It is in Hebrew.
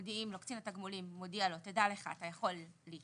קצין התגמולים מודיע לנכה: דע לך שאתה יכול להתנגד.